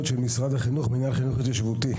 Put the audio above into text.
של משרד החינוך ומינהל לחינוך התיישבותי.